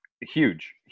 Huge